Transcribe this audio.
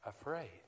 afraid